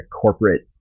corporate